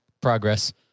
progress